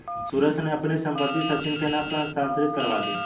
सुरेश ने अपनी संपत्ति सचिन के नाम स्थानांतरित करवा दी